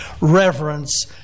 reverence